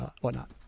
whatnot